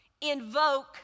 invoke